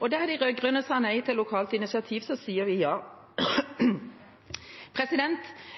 Og der de rød-grønne sa nei til lokalt initiativ, sier vi ja.